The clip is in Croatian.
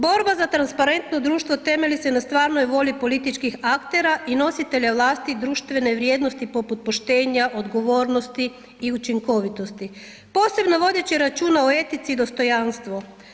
Borba za transparentno društvo temelji se na stvarnoj volji političkih aktera i nositelja vlasti društvene vrijednosti poput poštenja, odgovornosti i učinkovitosti, posebno vodeći računa o etici i dostojanstvu.